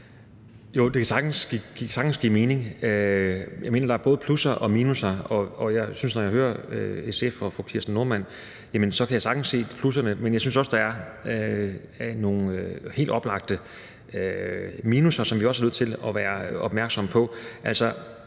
Jo, det kan sagtens give mening. Jeg mener, at der både er plusser og minusser, og jeg synes, at jeg, når jeg hører SF og fru Kirsten Normann Andersen, sagtens kan se plusserne, men jeg synes også, der er nogle helt oplagte minusser, som vi også er nødt til at være opmærksomme på.